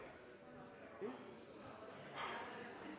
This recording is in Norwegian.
no er